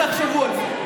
תחשבו על זה.